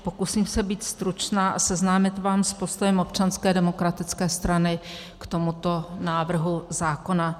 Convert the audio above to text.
Pokusím se být stručná a seznámit vás s postojem Občanské demokratické strany k tomuto návrhu zákona.